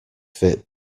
fit